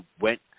went